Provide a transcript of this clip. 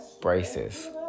Braces